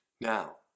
Now